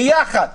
יחד אתך,